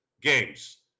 games